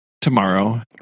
tomorrow